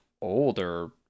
older